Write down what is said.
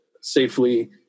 safely